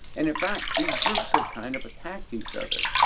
and in fact, these groups have kind of attacked each other.